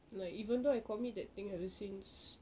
like even though I commit that thing ever since